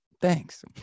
thanks